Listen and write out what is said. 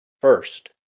first